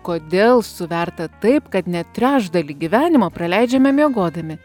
kodėl suverta taip kad net trečdalį gyvenimo praleidžiame miegodami